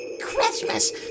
Christmas